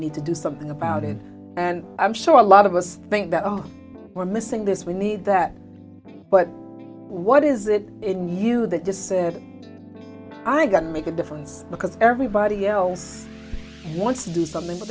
need to do something about it and i'm sure a lot of us think that we're missing this we need that but what is it you know that just said i got to make a difference because everybody else wants to do something they don't